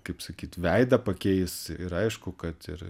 kaip sakyt veidą pakeis ir aišku kad ir